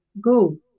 Go